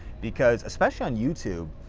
because, especially on youtube,